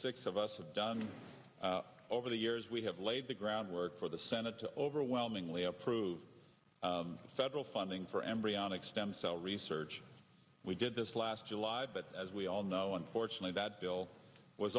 six of us have done over the years we have laid the groundwork for the senate to overwhelmingly approved federal funding for embryonic stem cell research we did this last july but as we all know unfortunately that bill was